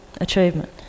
achievement